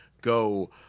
go